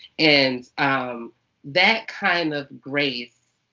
and um that kind of grace,